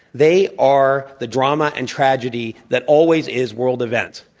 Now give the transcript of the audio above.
they are the drama and tragedy that always is world events.